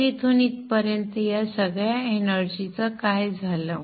मग इथून इथपर्यंत या सगळ्या एनर्जी चं काय झालं